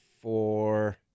four